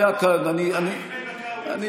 היה כאן, אני ראיתי.